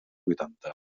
vuitanta